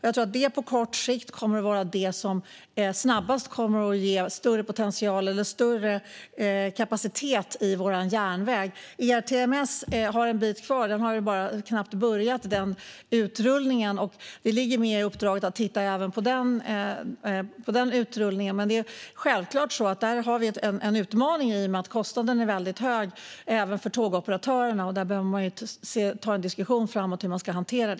Jag tror att det på kort sikt kommer att vara det som snabbast kommer att ge större kapacitet i vår järnväg. ERTMS har en bit kvar; den utrullningen har knappt börjat. Det ligger med i uppdraget att titta även på den utrullningen, men självklart har vi en utmaning där i och med att kostnaden är väldigt hög även för tågoperatörerna. Man behöver ta en diskussion framåt om hur det ska hanteras.